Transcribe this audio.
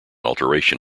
alteration